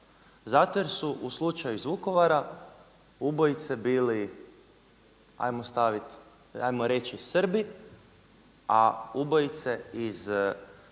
Zato jer su u slučaju iz Vukovara ubojice bili hajmo reći Srbi, a ubojice iz Bleiburga